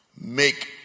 Make